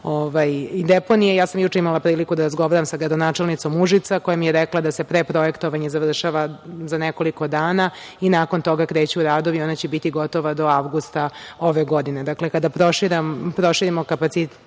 deponija. Ja sam juče imala priliku da razgovaram sa gradonačelnicom Užica, koja mi je rekla da se preprojektovanja završava za nekoliko dana i nakon toga kreću radova. Ona će biti gotova do avgusta ove godine. Dakle, kada proširimo kapacitete